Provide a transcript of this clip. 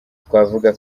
twavuga